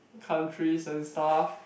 countries and stuff